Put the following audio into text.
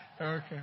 Okay